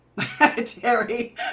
Terry